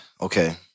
okay